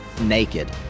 naked